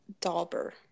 Dauber